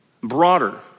broader